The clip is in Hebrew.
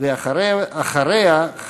ואחריה,